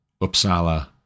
Uppsala